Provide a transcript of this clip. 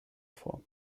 vor